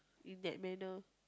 in that manner